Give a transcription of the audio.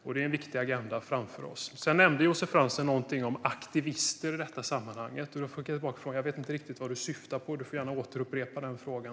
Detta är en viktig agenda som vi har framför oss. Josef Fransson nämnde också något om aktivister i detta sammanhang. Jag skickar tillbaka frågan - jag vet inte riktigt vad du syftar på. Du får gärna upprepa den frågan.